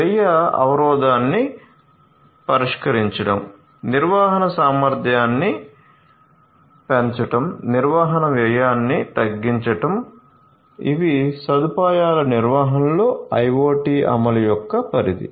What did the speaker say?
వ్యయ అవరోధాన్ని పరిష్కరించడం నిర్వహణ సామర్థ్యాన్ని పెంచడం నిర్వహణ వ్యయాన్ని తగ్గించడం ఇవి సదుపాయాల నిర్వహణలో IoT అమలు యొక్క పరిధి